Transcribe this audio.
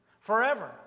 forever